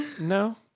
no